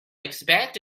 expect